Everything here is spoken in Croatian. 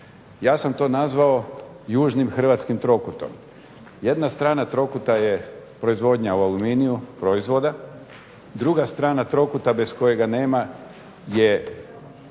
Ja sam to nazvao južnim hrvatskim trokutom. Jedna strana trokuta je proizvodnja u Aluminiju – proizvoda, druga strana trokuta bez kojega nema je